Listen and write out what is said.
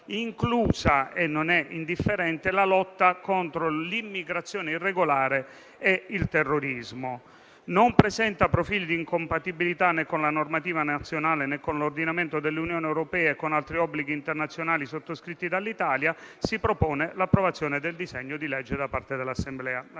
inclusa - non è indifferente - la lotta contro l'immigrazione irregolare e il terrorismo. Non presenta profili di incompatibilità con la normativa nazionale, né con aumento dell'Unione europea e con altri obblighi internazionali sottoscritti dall'Italia. Si propone, pertanto, l'approvazione del disegno di legge da parte dell'Assemblea.